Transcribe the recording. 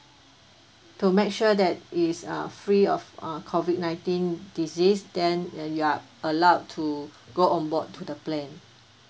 to make sure that it is uh free of uh COVID nineteen disease then uh you are allowed to go on board to the plane